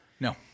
No